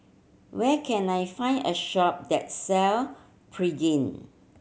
where can I find a shop that sell Pregain